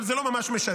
אבל זה לא ממש משנה.